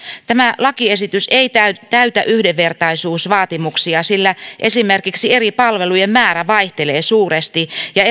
tämä lakiesitys ei täytä täytä yhdenvertaisuusvaatimuksia sillä esimerkiksi eri palvelujen määrä vaihtelee suuresti ja